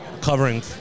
covering